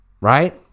right